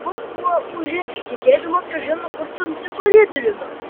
vanduo ūžė tekėdamas kažin kur tamsiu koridoriumi